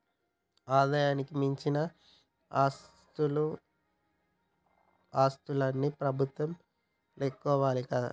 ఆదాయానికి మించిన ఆస్తులన్నో ఆస్తులన్ని ప్రభుత్వం లాక్కోవాలి కదా